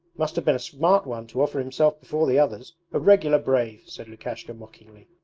must have been a smart one to offer himself before the others a regular brave said lukashka mockingly,